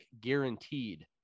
guaranteed